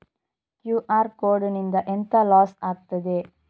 QR code ನಿಂದ ಎಂತ loss ಆಗ್ತದೆ?